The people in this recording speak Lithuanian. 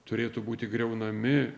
turėtų būti griaunami